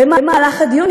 במהלך הדיון,